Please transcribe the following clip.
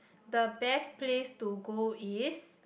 the best place to go is